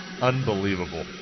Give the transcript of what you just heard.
Unbelievable